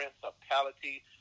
principality